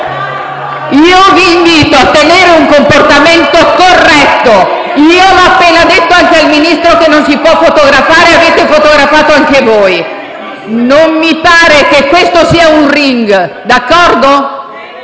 vi invito a tenere un comportamento corretto. Ho appena detto al Ministro che non si può fotografare, eppure avete fotografato anche voi. Non mi pare che questo sia un *ring*, d'accordo?